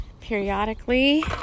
periodically